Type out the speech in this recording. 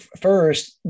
First